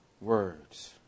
words